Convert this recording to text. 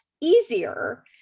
easier